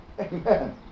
Amen